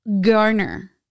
Garner